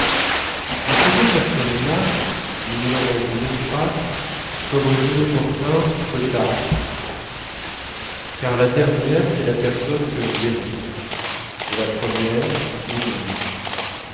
mais ces deux personnes-là nous ne leur en voulons pas comme aux inopportuns cottard car la dernière c'est la personne que nous aimons et la première c'est nous-même